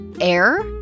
air